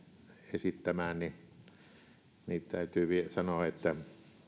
esittämään esitykseen täytyy sanoa että